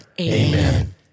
Amen